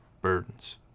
burdens